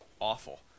awful